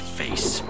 face